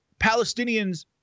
Palestinians